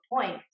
point